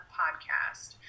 podcast